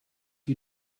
you